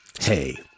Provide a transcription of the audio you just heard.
Hey